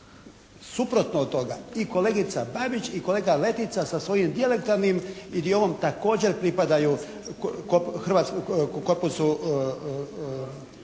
suprotno od toga. I kolegica Babić i kolega Letica sa svojim dijelektalnim idiomom također pripadaju korpusu